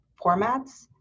formats